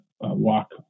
walk